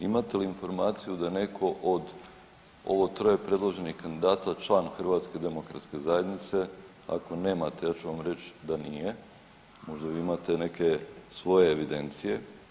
Imate li informaciju da je netko od ovo troje predloženih kandidata član HDZ-a, ako nemate ja ću vam reći da nije, možda vi imate neke svoje evidencije.